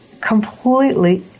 Completely